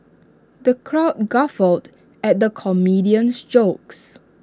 the crowd guffawed at the comedian's jokes